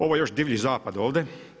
Ovo je još divlji zapad ovdje.